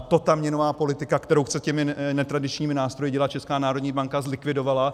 To ta měnová politika, kterou chce těmi netradičními nástroji dělat Česká národní banka, zlikvidovala.